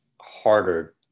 harder